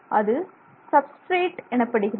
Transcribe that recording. அது சப்ஸ்டிரேட் எனப்படுகிறது